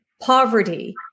poverty